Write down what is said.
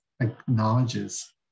acknowledges